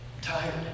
tired